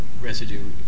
residue